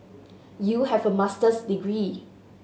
you have a Master's degree